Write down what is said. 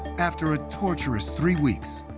after a torturous three weeks,